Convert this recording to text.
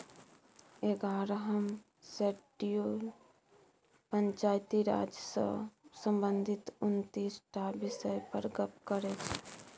एगारहम शेड्यूल पंचायती राज सँ संबंधित उनतीस टा बिषय पर गप्प करै छै